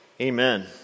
Amen